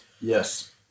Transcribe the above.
Yes